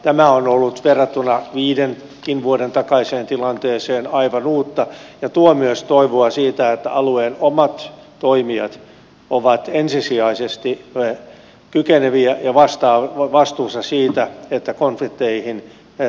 tämä on ollut verrattuna viidenkin vuoden takaiseen tilanteeseen aivan uutta ja tuo myös toivoa siitä että alueen omat toimijat ovat ensisijaisesti kykeneviä ja vastuussa siitä että konflikteihin tartutaan